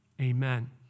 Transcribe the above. Amen